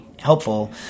helpful